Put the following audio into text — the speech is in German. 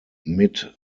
mit